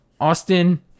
Austin